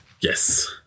Yes